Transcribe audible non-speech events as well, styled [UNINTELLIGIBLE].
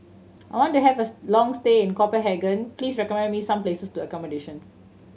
I want to have a [UNINTELLIGIBLE] long stay in Copenhagen please recommend me some place to accommodation